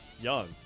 young